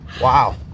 Wow